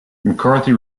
mccarthy